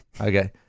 Okay